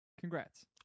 Congrats